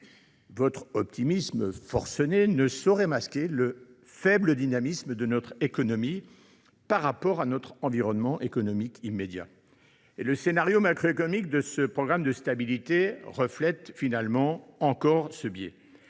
votre optimisme forcené ne saurait masquer le faible dynamisme de notre économie au regard de notre environnement immédiat et le scénario macroéconomique de ce programme de stabilité reflète encore ce biais.